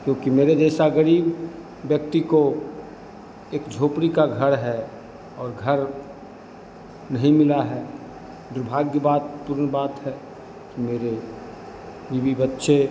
क्योंकि मेरे जैसा गरीब व्यक्ति को एक झोपड़ी का घर है और घर नहीं मिला है दुर्भाग्य बात पूर्न बात है मेरे बीवी बच्चे